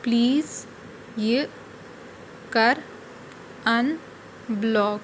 please یہِ کَر اَن block